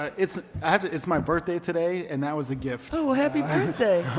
it's it's my birthday today and that was a gift. oh, happy birthday.